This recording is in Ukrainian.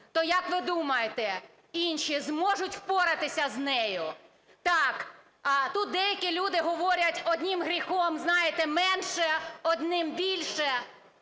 то, як ви думаєте, інші зможуть впоратися з нею? Так, тут деякі люди говорять, одним гріхом, знаєте, менше, одним більше.